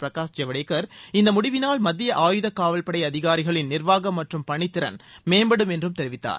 பிரகாஷ் ஜவ்டேகர் இந்த முடிவினால் மத்திய ஆயுதக்காவல்படை அதிகாரிகளின் நிர்வாகம் மற்றும் பணித்திறன் மேம்படும் என்றும் தெரிவித்தார்